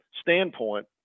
standpoint